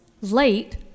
late